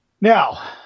Now